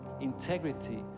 integrity